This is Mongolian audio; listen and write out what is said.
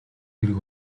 хэрэг